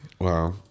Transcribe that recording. Wow